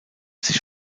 sich